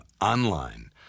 online